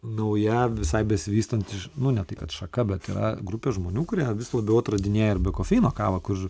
nauja visai besivystanti ži nu ne tai kad šaka bet yra grupė žmonių kurie vis labiau atradinėja ir be kofeino kavą kur